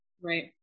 right